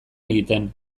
egiten